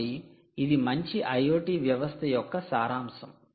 కాబట్టి ఇది మంచి IoT వ్యవస్థ యొక్క సారాంశం